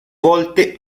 volte